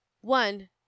one